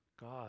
God